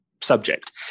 subject